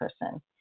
person